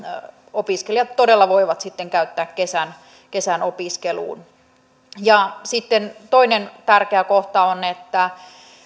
opiskelijat todella voivat sitten käyttää kesän kesän opiskeluun sitten toinen tärkeä kohta on että